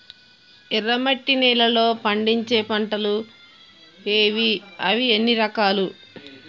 ఎర్రమట్టి నేలలో పండించే పంటలు ఏవి? అవి ఎన్ని రకాలు?